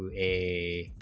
ah a